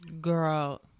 Girl